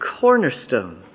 cornerstone